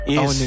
Yes